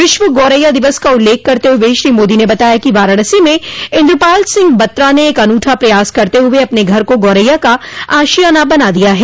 विश्व गौरैया दिवस का उल्लेख करते हुए श्री मोदी ने बताया कि वाराणसी में इन्द्रपाल सिंह बत्रा ने एक अनूठा प्रयास करते हुए अपने घर को गौरैया का आशियाना बना दिया है